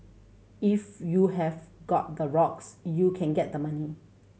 if you have got the rocks you can get the money